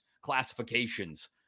classifications